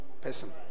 person